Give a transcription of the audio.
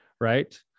right